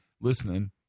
listening